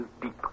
deep